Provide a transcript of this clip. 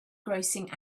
grossing